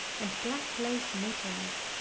and black lace mittens.